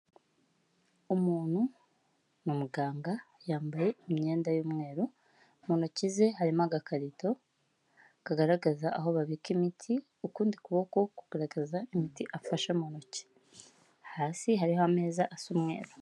Umuntu ni muganga yambaye imyenda y'umweru, mu ntoki ze harimo agakarito kagaragaza aho babika imiti, ukundi kuboko kugaragaza imiti afashe mu ntoki, hasi hariho ameza asa umweru.